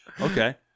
Okay